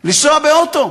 לנסוע באוטו.